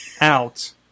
out